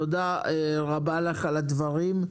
תודה רבה לך על הדברים.